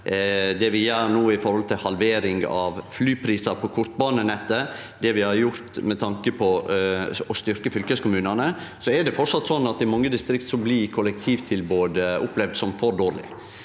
det vi gjer no med halvering av flyprisar på kortbanenettet, og det vi har gjort med tanke på å styrkje fylkeskommunane, er det framleis slik at i mange distrikt blir kollektivtilbodet opplevd som for dårleg.